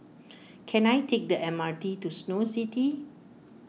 can I take the M R T to Snow City